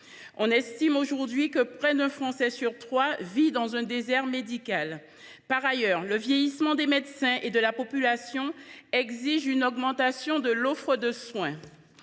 On estime aujourd’hui que près d’un Français sur trois vit dans un désert médical. Par ailleurs, le vieillissement des médecins et de la population exige une augmentation de l’offre de soins.